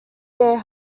their